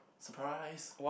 surprise